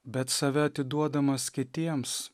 bet save atiduodamas kitiems